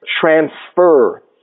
transfer